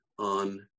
On